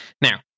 Now